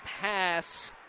pass